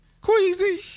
Queasy